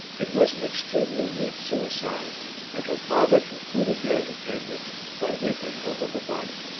it was an extremely neat suicide and her father concluded the entertainment by weeping over her body.